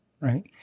right